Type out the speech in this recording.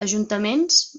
ajuntaments